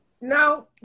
now